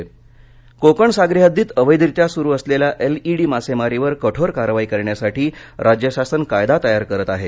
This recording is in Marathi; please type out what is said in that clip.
मासेमारी कोकण सागरी हद्दीत अवैधरित्या सुरु असलेल्या एलईडी मासेमारीवर कठोर कारवाई करण्यासाठी राज्य शासन कायदा तयार करत आहे